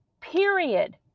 period